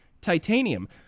titanium